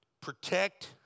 Protect